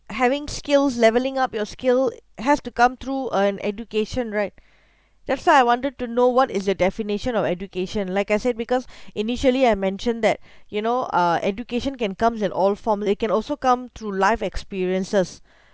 having skills levelling up your skill has to come through an education right that's why I wanted to know what is the definition of education like I said because initially I mentioned that you know uh education can comes in all form they can also come through life experiences